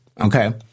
okay